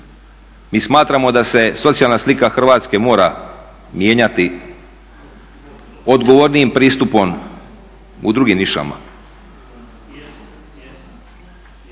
Mi smatramo da se socijalna slika Hrvatske mora mijenjati odgovornijim pristupom u drugim nišama.